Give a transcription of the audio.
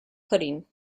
pudding